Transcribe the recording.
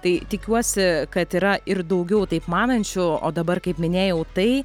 tai tikiuosi kad yra ir daugiau taip manančių o dabar kaip minėjau tai